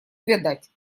увядать